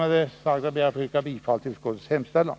Med det sagda vill jag yrka bifall till utskottets hemställan.